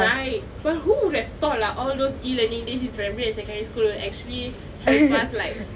right but who would've thought lah all those E learning in primary and secondary school help us like